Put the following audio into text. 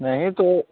नहीं तो